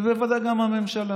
ובוודאי גם מהממשלה.